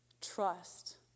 trust